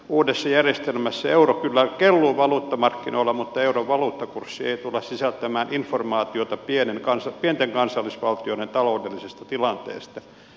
uudessa järjestelmässä euro kyllä kelluu valuuttamarkkinoilla mutta euron valuuttakurssi ei tule sisältämään informaatiota pienten kansallisvaltioiden taloudellisesta tilanteesta